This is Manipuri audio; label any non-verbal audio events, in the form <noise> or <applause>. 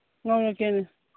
<unintelligible>